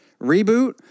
reboot